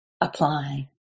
apply